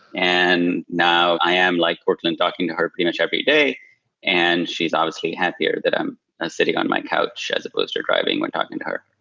and now i am like working and talking to her pretty much every day and she's obviously happier that i'm sitting on my couch as supposed to driving when talking to her.